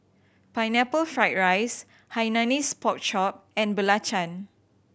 Pineapple Fried rice Hainanese Pork Chop and belacan